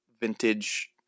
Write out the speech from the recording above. vintage